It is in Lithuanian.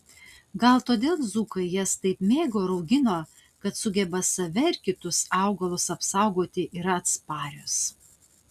gal todėl dzūkai jas taip mėgo ir augino kad sugeba save ir kitus augalus apsaugoti yra atsparios